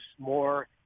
more